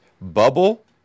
Bubble